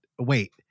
wait